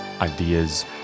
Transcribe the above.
ideas